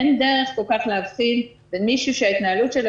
אין דרך כל כך להבחין במישהו שההתנהלות שלו